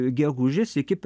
gegužės iki